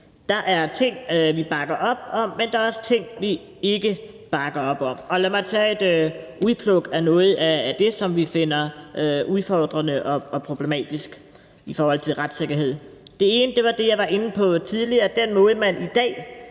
Der er ting, vi bakker op om, men der er også ting, vi ikke bakker op om. Lad mig tage et udpluk af noget af det, som vi finder udfordrende og problematisk i forhold til retssikkerhed. Det ene er det, jeg var inde på tidligere. Den måde, man i dag